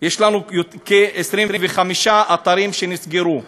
יש לנו כ-25 אתרים שנסגרו,